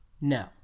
no